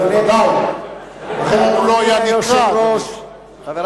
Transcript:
אחרת הוא לא היה נמצא, אדוני.